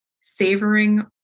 savoring